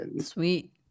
Sweet